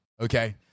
okay